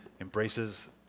embraces